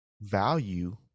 value